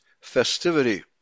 festivity